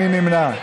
מי נמנע?